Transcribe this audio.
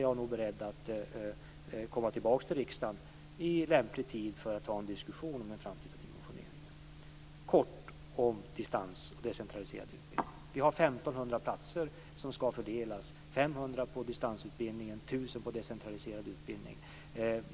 Jag är beredd att komma tillbaka till riksdagen för att föra en diskussion om den framtida dimensioneringen. Kort om distansutbildning och decentraliserad utbildning: Det finns 1 500 platser som skall fördelas, 500 platser på distansutbildning och 1 000 platser på decentraliserad utbildning.